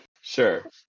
Sure